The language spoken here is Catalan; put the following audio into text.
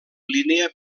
línia